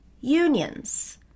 Unions